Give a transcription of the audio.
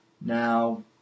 now